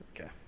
Okay